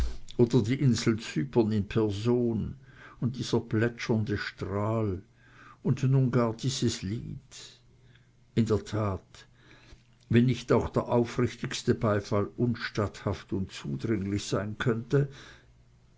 oder die insel cypern in person und dieser plätschernde strahl und nun gar dieses lied in der tat wenn nicht auch der aufrichtigste beifall unstatthaft und zudringlich sein könnte